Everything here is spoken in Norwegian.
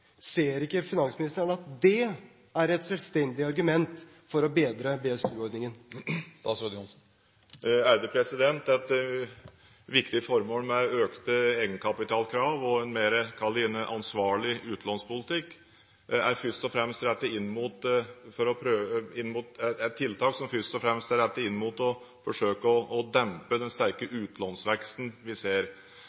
ser ikke finansministeren at det er et selvstendig argument for å bedre BSU-ordningen? Et viktig formål med økte egenkapitalkrav og en mer – kall det gjerne ansvarlig utlånspolitikk er først og fremst å forsøke å dempe den sterke